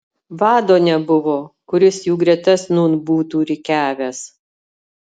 vado nebuvo kuris jų gretas nūn būtų rikiavęs